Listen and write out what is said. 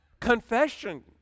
confession